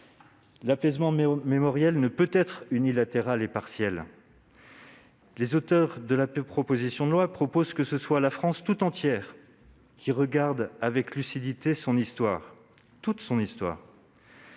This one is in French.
L'apaisement mémoriel ne peut être unilatéral et partiel. Les auteurs de la proposition de loi proposent que ce soit la France tout entière qui regarde avec lucidité son histoire, toute son histoire.